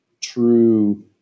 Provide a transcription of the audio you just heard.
true